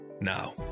Now